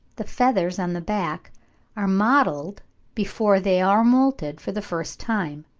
the feathers on the back are mottled before they are moulted for the first time,